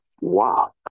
Wow